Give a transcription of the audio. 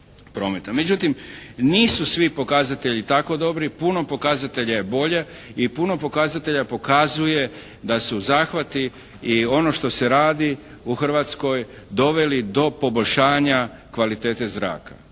Međutim, nisu svi pokazatelji tako dobri. Puno pokazatelja je bolje i puno pokazatelja pokazuje da su zahvati i ono što se radi u Hrvatskoj doveli do poboljšanja kvalitete zraka.